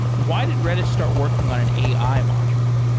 why did redis start working on an ai module,